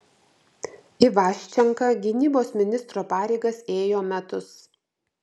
ivaščenka gynybos ministro pareigas ėjo metus